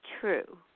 true